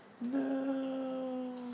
No